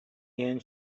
иһэн